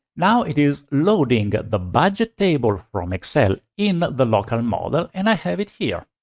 now it is loading the budget table from excel in the local model and i have it here.